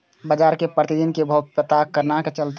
बजार के प्रतिदिन के भाव के पता केना चलते?